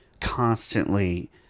constantly